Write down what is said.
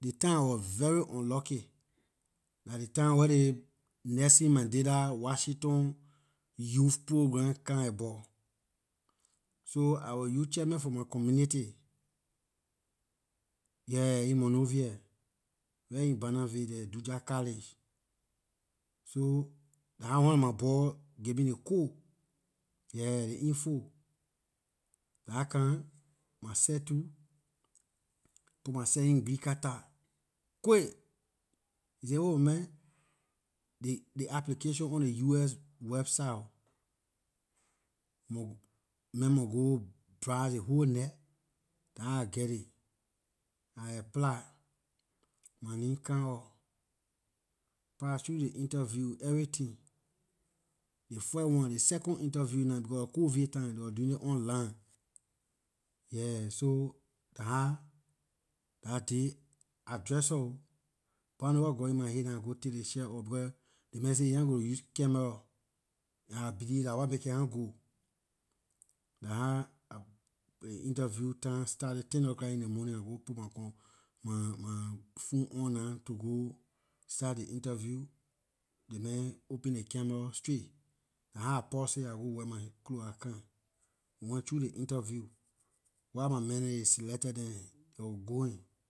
Ley time I wor very unlucky dah ley time wer ley nelson mandela washington youth program come abor so I wor youth chairman for my community yeah in monrovia right in barnesville there dujah college so dah how one of my boy give me ley code yeah ley info dah how come my seh too put myself in gleekata quick he say oh my man ley application on ley us website oh you mon man mon go browse ley whole night dah how I geh it I apply my name come all pass through ley interview everything ley first one ley second interview nah becor aay wor covid time they wor doing it online yeah so dah how dah day I dressor oh buh ahn know what got in my head I go take ley shirt off becor ley man say he wor nah gonna use camera I believe dah what make it ahn go dah how ley interview time started ten lor clock in ley morning I go put my com my- my phone on nah to go start ley interview ley open ley camera straight dah how I pause aay I go wear my clothes I come went though ley interview while my man dem ley selected them they wor going